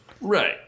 Right